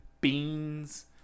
beans